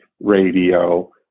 radio